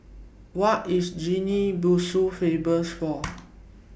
What IS Guinea Bissau Famous For